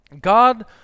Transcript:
God